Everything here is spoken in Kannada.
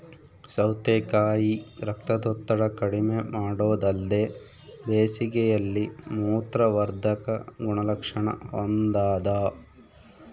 ಸೌತೆಕಾಯಿ ರಕ್ತದೊತ್ತಡ ಕಡಿಮೆಮಾಡೊದಲ್ದೆ ಬೇಸಿಗೆಯಲ್ಲಿ ಮೂತ್ರವರ್ಧಕ ಗುಣಲಕ್ಷಣ ಹೊಂದಾದ